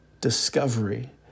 discovery